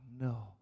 no